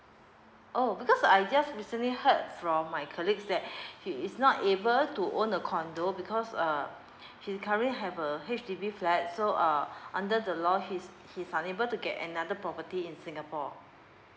oh because I just recently heard from my colleagues that he is not able to own a condo because uh he currently have a H_D_B flat so uh under the law he's he's unable to get another property in singapore